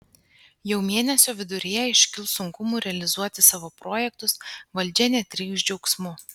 jau mėnesio viduryje iškils sunkumų realizuoti savo projektus valdžia netrykš džiaugsmu